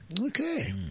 Okay